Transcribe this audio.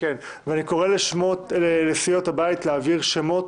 אני מברך ומאחל לך הרבה הצלחה.